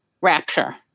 rapture